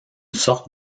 sorte